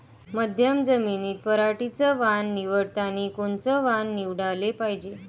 मध्यम जमीनीत पराटीचं वान निवडतानी कोनचं वान निवडाले पायजे?